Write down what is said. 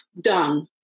done